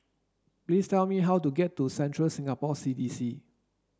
please tell me how to get to Central Singapore C D C